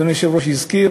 אדוני היושב-ראש הזכיר